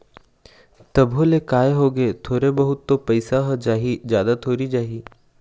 तभो ले काय होगे थोरे बहुत तो पइसा ह जाही जादा थोरी जाही